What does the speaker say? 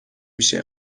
میشه